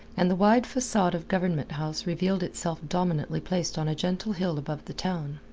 and the wide facade of government house revealed itself dominantly placed on a gentle hill above the town.